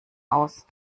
aus